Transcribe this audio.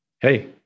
hey